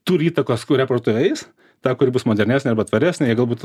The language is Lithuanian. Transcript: turi įtakos kurią parduotuvę eis tą kuri bus modernesnė arba tvaresnė jie galbūt